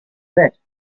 that